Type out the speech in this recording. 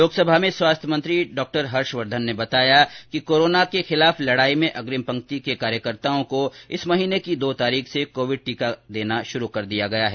लोकसभा में स्वास्थ्य मंत्री डॉक्टर हर्षवर्धन ने बताया कि कोरोना के खिलाफ लडाई में अग्रिम पंक्ति के कार्यकर्ताओं को इस महीने की दो तारीख से कोविड टीका देना शुरू कर दिया गया है